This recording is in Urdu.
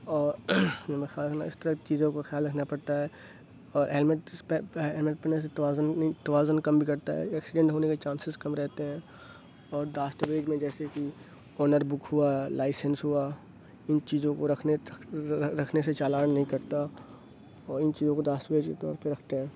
اور اس طرح کی چیزوں کا خیال رکھنا پڑتا ہے اور ہیلمیٹ پہننے سے توازن نہیں توازن کم بگڑتا ہے ایکسیڈینٹ ہونے کے چانسیز کم رہتے ہیں اور جیسے کہ اونر بک ہوا لائسینس ہوا ان چیزوں کو رکھنے رکھنے سے چالان نہیں کٹتا اور ان چیزوں کو پہ رکھتے ہیں